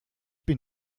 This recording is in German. bin